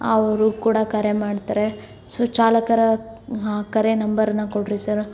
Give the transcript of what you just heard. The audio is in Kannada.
ಅವರು ಕೂಡ ಕರೆ ಮಾಡ್ತಾರೆ ಸೊ ಚಾಲಕರ ಕರೆ ನಂಬರನ್ನು ಕೊಡ್ರಿ ಸರ್